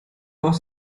was